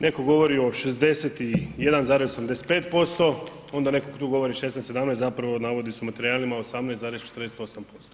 Netko govori o 61,85%, onda netko govori tu govori 16, 17, zapravo navodi se u materijalima 18,48%